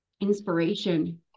inspiration